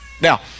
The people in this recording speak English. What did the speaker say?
Now